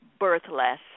birthless